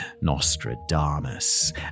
Nostradamus